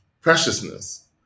preciousness